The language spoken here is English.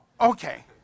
okay